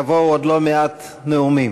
יבואו עוד לא מעט נאומים.